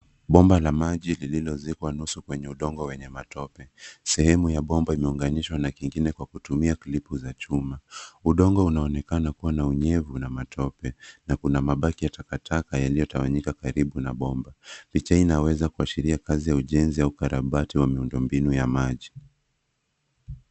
Bomba la maji lililo zikiwa nusu kwenye udongo wenye matope. Sehemu ya bomba imeunganishwa na kingine kwa kutumia [cs ] klipu [cs ] za chuma. Udongo unaonekana kuwa na unyevu na matone na kuna mabaki ya taka taka yaliyo tawanyika karibu na bomba. Picha inaweza kuashiria ujenzi au ukarabati wa miundo mbinu ya maji.